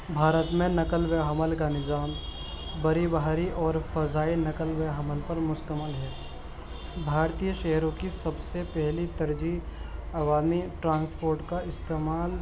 بھارت میں نقل و حمل کا نظام بڑی بھاری اور فضائی نقل و حمل پر مستمل ہے بھارتیہ شہروں کی سب سے پہلی ترجیح عوامی ٹرانسپورٹ کا استعمال